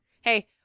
hey